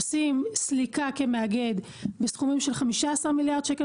עושים סליקה כמאגד בסכומים של 15 מיליארד שקל